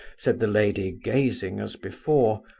said the lady, gazing as before.